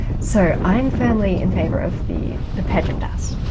so i'm firmly in favour of the the pejmdas.